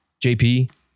JP